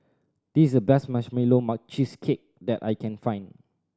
this is the best Marshmallow Cheesecake that I can find